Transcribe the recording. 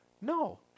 No